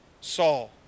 Saul